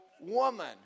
woman